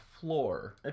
floor